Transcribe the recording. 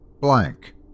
blank